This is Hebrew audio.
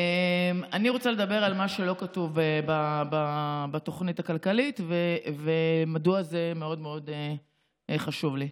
על מה שלא כתוב בתוכנית הכלכלית ומדוע זה מאוד מאוד חשוב לי.